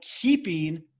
keeping